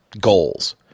goals